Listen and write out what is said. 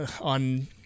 on